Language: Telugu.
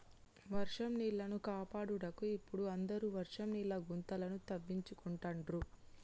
వర్షం నీళ్లను కాపాడుటకు ఇపుడు అందరు వర్షం నీళ్ల గుంతలను తవ్వించుకుంటాండ్రు